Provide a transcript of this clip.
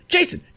Jason